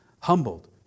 humbled